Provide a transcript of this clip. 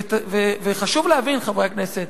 וחשוב להבין, חברי הכנסת,